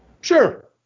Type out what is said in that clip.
Sure